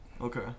Okay